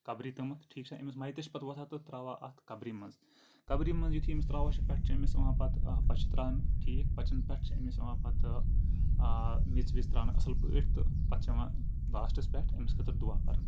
قبرِ تِمہٕ ٹھیٖک چھَ أمِس مَیتَس چھِ پَتہٕ وۄتھان ترٛاوان اَتھ قبرِ منٛز قبرِ منٛز یُتھُے أمِس ترٛاوان چھِ پٮ۪ٹھٕ چھِ أمِس یِوان پَتہٕ پَچہِ ترٛاوانہٕ ٹھیٖک پَتہٕ چھِن پٮ۪ٹھٕ چھِ أمِس یِوان پَتہٕ میٚژ ویٚژ ترٛاونہٕ اَصٕل پٲٹھۍ تہٕ تَتھ چھِ اِوان لاسٹَس پٮ۪ٹھ أمِس خٲطرٕ دُعا کَرنہٕ